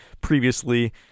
previously